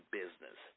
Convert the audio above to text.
business